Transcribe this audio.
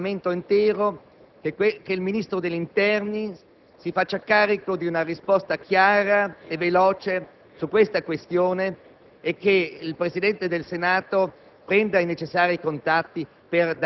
non vuole entrare nel merito della questione, però sottolinea quanto già evidenziato dai colleghi. Mi sembra un atto dovuto, un atto di rispetto nei confronti del senatore Cossiga,